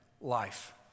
life